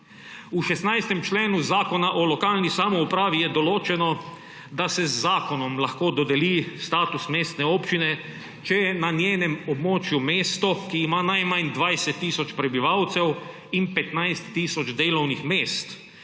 V 16. členu Zakona o lokalni samoupravi je določeno, da se z zakonom lahko dodeli status mestne občine, če je na njenem območju mesto, ki ima najmanj 20 tisoč prebivalcev in 15 tisoč delovnih mest